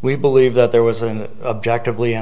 we believe that there was an objective lian